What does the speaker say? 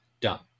done